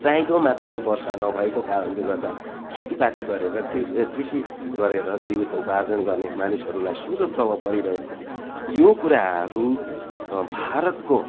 चाँहिदो मात्रामा वर्षा नभएको कारणले गर्दा खेतीपाती गरेर के कृषि गरेर जीविका उपार्जन गर्ने मानिसहरूलाई सोझो प्रभाव परिरहेको छ यो कुराहरू भातरको